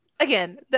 Again